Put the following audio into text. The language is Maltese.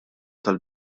tal